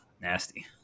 nasty